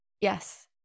Yes